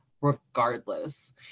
regardless